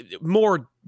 more